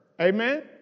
Amen